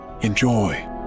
Enjoy